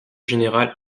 général